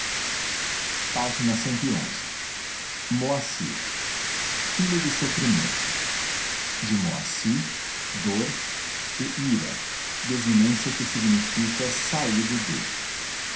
a a oacir filho do sofrimento de moaci dor e ira desinência que significa saído de